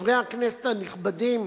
חברי הכנסת הנכבדים,